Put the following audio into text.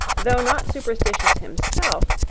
though not superstitious himself,